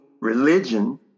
religion